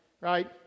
right